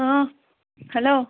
hello